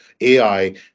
AI